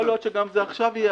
זה יכול להיות שגם עכשיו יהיה.